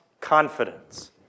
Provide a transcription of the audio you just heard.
confidence